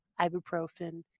ibuprofen